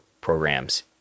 programs